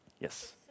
Yes